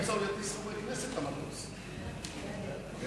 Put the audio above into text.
אני